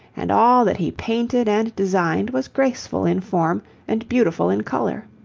and all that he painted and designed was graceful in form and beautiful in colour.